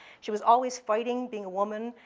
she was always fighting, being a woman.